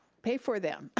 pay for them,